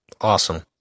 Awesome